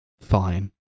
Fine